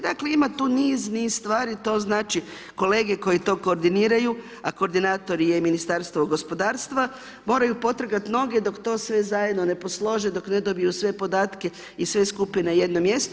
Dakle ima tu niz, niz stvari, to znači kolege koji to koordiniraju a koordinator je i Ministarstvo gospodarstva, moraju potrgati noge dok to sve zajedno ne poslože, dok ne dobiju sve podatke i sve skupine na jedno mjesto.